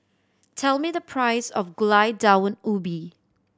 tell me the price of Gulai Daun Ubi